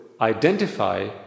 identify